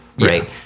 right